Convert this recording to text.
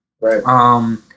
Right